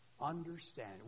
Understand